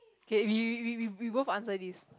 okay we we we we we both answer this